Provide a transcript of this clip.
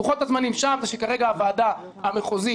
לוחות הזמנים שם הם שכרגע הוועדה המחוזית